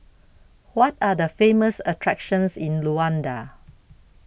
What Are The Famous attractions in Luanda